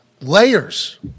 Layers